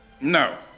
No